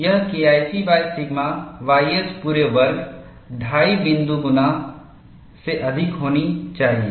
यह KIC sigma ys पूरे वर्ग 25 बिंदु गुना से अधिक होना चाहिए